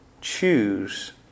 choose